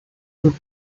who